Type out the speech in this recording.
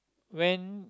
when